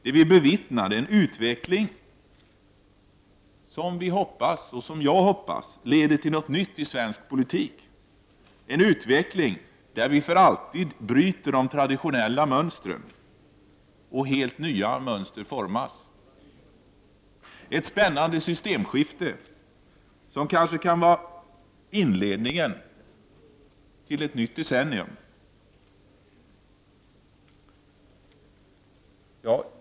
Det vi bevittnar är en utveckling som jag hoppas leder till något nytt i svensk politik: en utveckling där vi för alltid bryter de traditionella mönstren och helt nya mönster formas, ett spännande systemskifte som kanske kan vara inledningen till ett nytt decennium.